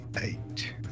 eight